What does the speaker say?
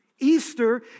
Easter